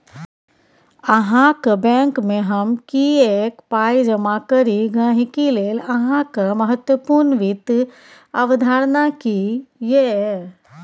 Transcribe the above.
अहाँक बैंकमे हम किएक पाय जमा करी गहिंकी लेल अहाँक महत्वपूर्ण वित्त अवधारणा की यै?